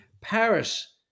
Paris